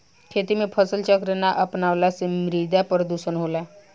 खेती में फसल चक्र ना अपनवला से मृदा प्रदुषण होला